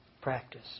practice